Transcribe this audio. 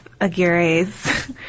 Aguirre's